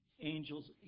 angels